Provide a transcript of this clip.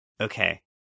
Okay